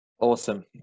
awesome